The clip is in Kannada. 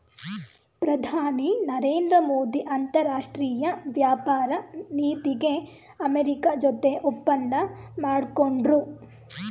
ಪ್ರಧಾನಿ ನರೇಂದ್ರ ಮೋದಿ ಅಂತರಾಷ್ಟ್ರೀಯ ವ್ಯಾಪಾರ ನೀತಿಗೆ ಅಮೆರಿಕ ಜೊತೆ ಒಪ್ಪಂದ ಮಾಡ್ಕೊಂಡ್ರು